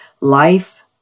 life